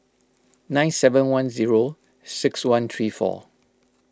nine seven one zero six one three four